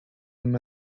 him